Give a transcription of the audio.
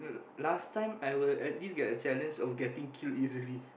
last time I will I did get a challenge of getting killed easily